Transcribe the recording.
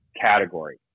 category